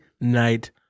Night